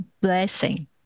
blessing